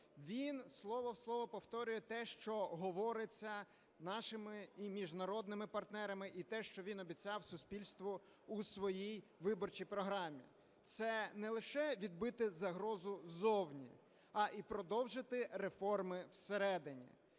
він слово в слово повторює те, що говориться нашими і міжнародними партнерами, і те, що він обіцяв суспільству у своїй виборчій програмі. Це не лише відбити загрозу ззовні, а і продовжити реформи всередині.